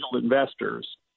investors